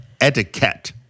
etiquette